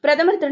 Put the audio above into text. பிரதமர் திரு